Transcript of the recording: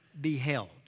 beheld